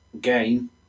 game